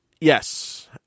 Yes